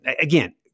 again